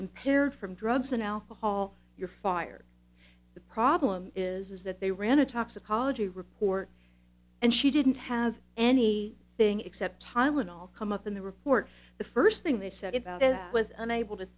impaired from drugs and alcohol you're fired the problem is is that they ran a toxicology report and she didn't have any thing except tylenol come up in the report the first thing they said about that was unable to